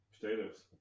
potatoes